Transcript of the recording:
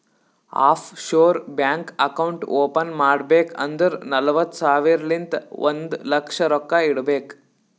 of sure bank account open ಮಾಡ್ಬೇಕ್ ಅಂದುರ್ ನಲ್ವತ್ತ್ ಸಾವಿರಲಿಂತ್ ಒಂದ್ ಲಕ್ಷ ರೊಕ್ಕಾ ಇಡಬೇಕ್